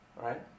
Right